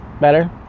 Better